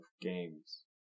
games